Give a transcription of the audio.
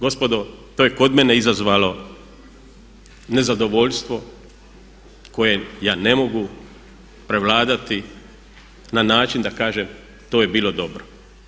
Gospodo to je kod mene izazvalo nezadovoljstvo koje ja ne mogu prevladati na način da kažem to je bilo dobro.